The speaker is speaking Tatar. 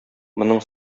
моның